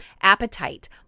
appetite